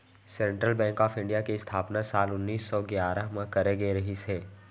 central Bank of India के इस्थापना साल उन्नीस सौ गियारह म करे गे रिहिस हे